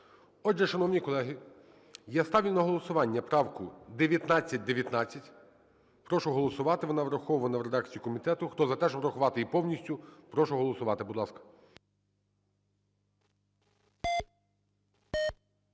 Отже, шановні колеги, я ставлю на голосування правку 1919. Прошу голосувати, вона врахована в редакції комітету. Хто за те, щоб врахувати її повністю, прошу голосувати, будь ласка.